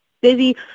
busy